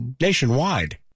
nationwide